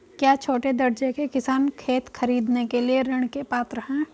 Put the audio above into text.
क्या छोटे दर्जे के किसान खेत खरीदने के लिए ऋृण के पात्र हैं?